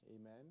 Amen